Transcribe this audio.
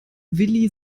willi